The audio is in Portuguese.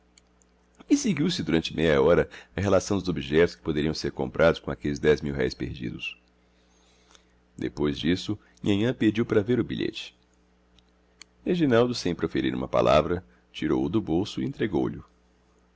e seguiu-se durante meia hora a relação dos objetos que poderiam ser comprados com aqueles dez mil-réis perdidos depois disso nhanhã pediu para ver o bilhete reginaldo sem proferir uma palavra tirou-o do bolso e entregou lho